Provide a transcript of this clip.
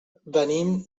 venim